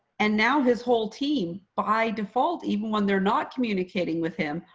and now his whole team, by default, even when they're not communicating with him,